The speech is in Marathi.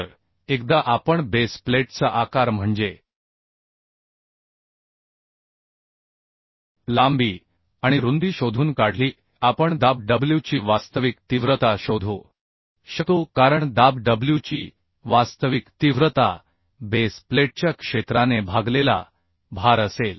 तर एकदा आपण बेस प्लेटचा आकार म्हणजे लांबी आणि रुंदी शोधून काढली की आपण दाब डब्ल्यूची वास्तविक तीव्रता शोधू शकतो कारण दाब डब्ल्यूची वास्तविक तीव्रता बेस प्लेटच्या क्षेत्राने भागलेला भार असेल